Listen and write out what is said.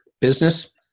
business